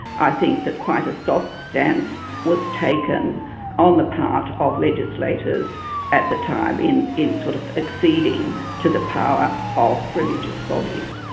i think that quite a soft stance was taken on the part of legislators at the time, in in sort of acceding to the power of religious bodies.